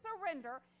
surrender